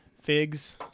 Figs